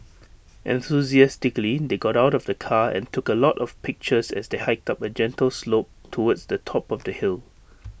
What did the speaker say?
enthusiastically they got out of the car and took A lot of pictures as they hiked up A gentle slope towards the top of the hill